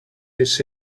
this